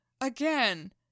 again